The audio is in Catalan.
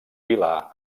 pilar